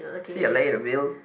see ya later Bill